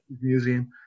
Museum